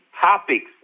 topics